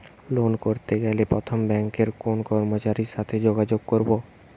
Loan করতে গেলে প্রথমে ব্যাঙ্কের কোন কর্মচারীর সাথে যোগাযোগ করব?